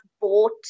bought